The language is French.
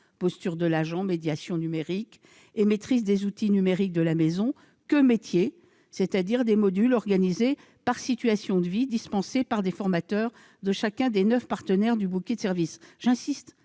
posture de l'agent, médiation numérique et maîtrise des outils numériques de la maison -que sur la partie « métier », c'est-à-dire des modules organisés par situation de vie dispensés par des formateurs de chacun des neuf partenaires du bouquet de services. J'insiste